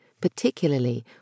particularly